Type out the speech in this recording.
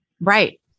right